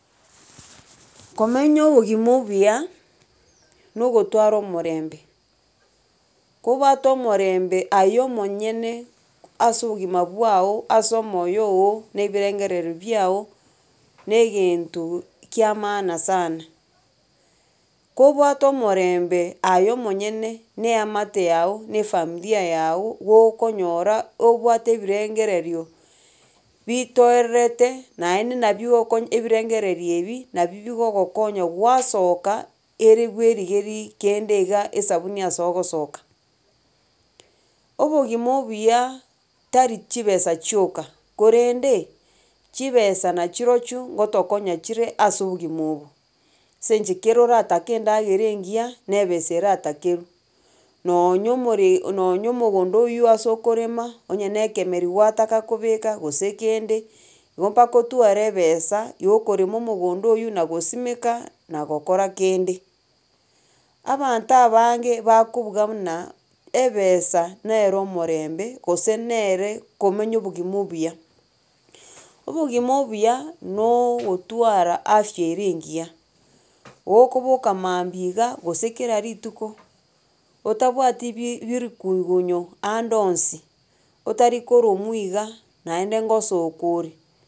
komenya obogima obuya nogotwara omorembe kobwate omorembe aye omonyene ase obogima bwago ase omoyo ogo, na ebirengereri biago na egento kia maana sana. Kobwate omorembe aye omonyene na eamate yago na efamilia yago, gokonyora obwate ebirengerio bitoererete naende nabio okonya ebirengereri ebi nabi bigogokonya gwasoka eri bwerigeri kende iga esabuni ase ogosoka. Obogima obuya tari chibesa chioka, korende chibesa nachirochio ngotokonya chire ase obogima obo, anse inche kero oratake endagera engiya, na ebesa eratakerwa, nonyo more nonyo omogondo oywo ase okorema, onye na ekemeri gwataka kobeka gose kende, igo mpaka otware ebesa ya okorema omogondo oywo na gosimeka na gokora kende. Abanto abange bakobuga buna ebesa nero omorembe gose nere komenya obogima obuya. Obogima obuya nooo ogotwara afya ere engiya gokoboka mambia iga gose kera rituko otabwati bi birikuigunyo ande onsi, otarikoromwa iga naende ngosoka ore.